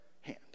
hand